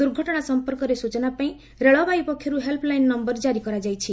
ଦୁର୍ଘଟଣା ସମ୍ପର୍କରେ ସୂଚନା ପାଇଁ ରେଳବାଇ ପକ୍ଷରୁ ହେଲ୍ପ୍ ଲାଇନ୍ ନମ୍ଘର ଜାରି କରାଯାଇଛି